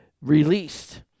released